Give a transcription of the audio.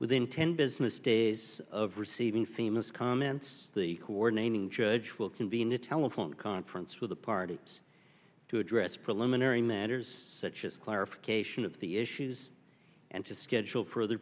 within ten business days of receiving famous comments the coordinating judge will convene a telephone conference with the parties to address preliminary matters such as clarification of the issues and to schedule further